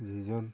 যিজন